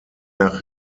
nach